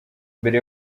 mbere